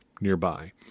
nearby